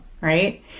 right